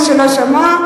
מי שלא שמע,